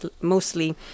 mostly